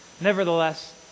Nevertheless